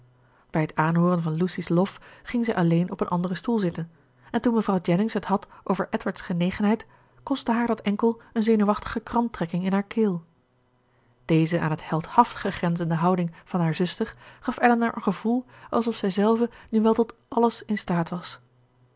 bij het aanhooren van lucy's lof ging zij alleen op een anderen stoel zitten en toen mevrouw jennings het had over edward's genegenheid kostte haar dat enkel een zenuwachtige kramptrekking in haar keel deze aan het heldhaftige grenzende houding van hare zuster gaf elinor een gevoel alsof zijzelve nu wel tot àlles in staat was